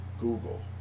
Google